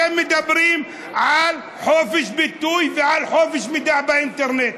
אתם מדברים על חופש ביטוי ועל חופש המידע באינטרנט,